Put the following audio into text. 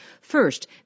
First